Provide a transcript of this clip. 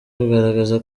kugaragaza